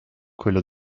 quello